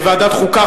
לוועדת החוקה,